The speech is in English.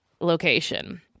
location